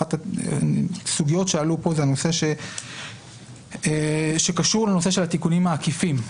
אחת הסוגיות שעלו פה זה הנושא שקשור לתיקונים העקיפים.